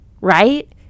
Right